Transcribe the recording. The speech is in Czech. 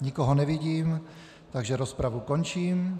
Nikoho nevidím, takže rozpravu končím.